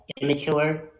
immature